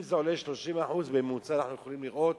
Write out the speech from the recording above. אם זה עולה ב-30% בממוצע, אנחנו יכולים לראות